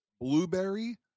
blueberry